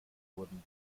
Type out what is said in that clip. wurden